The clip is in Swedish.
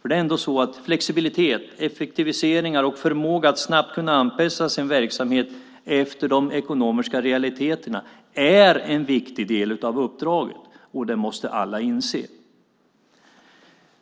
Det är ändå så att flexibilitet, effektiviseringar och förmåga att snabbt kunna anpassa sin verksamhet efter de ekonomiska realiteterna är en viktig del av uppdraget, och det måste alla inse.